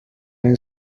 این